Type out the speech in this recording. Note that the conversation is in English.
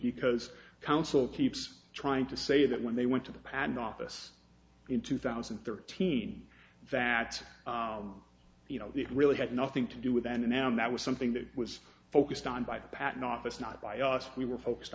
because counsel keeps trying to say that when they went to the patent office in two thousand and thirteen that you know it really had nothing to do with then and that was something that was focused on by the patent office not by us we were focused